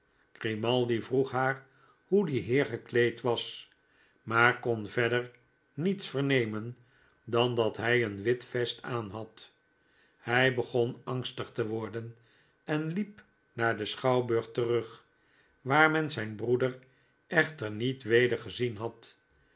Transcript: grimaldi vroeg haar hoe die heer gekleed was maar kon verder niets vernemen dan dat hij een wit vest aanhad hij begon angstig te worden en liep naar den schouwburg terug waar men zijn broeder echter niet weder gezien had